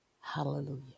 Hallelujah